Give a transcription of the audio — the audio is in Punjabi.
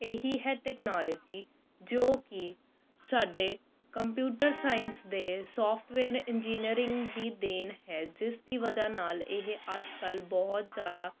ਇਹੀ ਹੈ ਟੈਕਨੋਲਜੀ ਜੋ ਕਿ ਸਾਡੇ ਕੰਪਿਊਟਰ ਸਾਇੰਸ ਦੇ ਸੋਫਟਵੇਅਰ ਇੰਜੀਨੀਅਰਿੰਗ ਦੀ ਦੇਣ ਹੈ ਜਿਸ ਦੀ ਵਜ੍ਹਾ ਨਾਲ ਇਹ ਅੱਜ ਕੱਲ੍ਹ ਬਹੁਤ ਜ਼ਿਆਦਾ